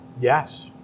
Yes